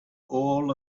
all